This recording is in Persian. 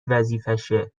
وظیفشه